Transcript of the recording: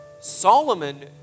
Solomon